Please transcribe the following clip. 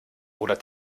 oder